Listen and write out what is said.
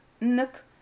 Nook